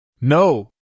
No